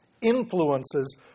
influences